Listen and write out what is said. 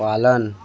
पालन